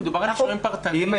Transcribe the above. מדובר על אישורים פרטניים.